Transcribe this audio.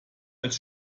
als